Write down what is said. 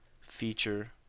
Feature